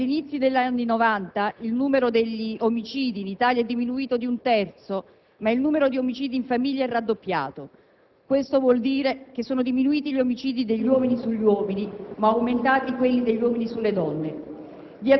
Dagli inizi degli anni Novanta il numero degli omicidi in Italia è diminuito di un terzo, ma il numero di omicidi in famiglia è raddoppiato: ciò vuol dire che sono diminuiti gli omicidi degli uomini sugli uomini, ma aumentati quelli degli uomini sulle donne.